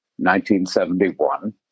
1971